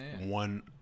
one